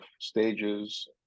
stages